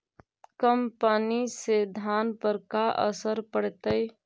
कम पनी से धान पर का असर पड़तायी?